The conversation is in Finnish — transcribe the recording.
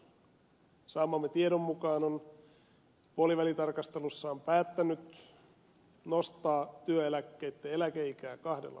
hallitus saamamme tiedon mukaan on puolivälitarkastelussaan päättänyt nostaa työeläkkeitten eläkeikää kahdella vuodella